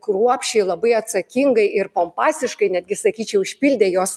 kruopščiai labai atsakingai ir pompastiškai netgi sakyčiau išpildė jos